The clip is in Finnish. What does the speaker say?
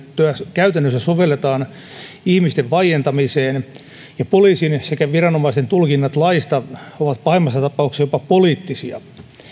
käytännössä sovelletaan ihmisten vaientamiseen ja poliisin sekä viranomaisen tulkinnat laista ovat pahimmassa tapauksessa jopa poliittisia